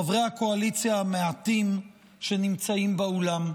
חברי הקואליציה המעטים שנמצאים באולם.